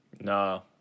No